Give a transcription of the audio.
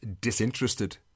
disinterested